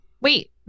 wait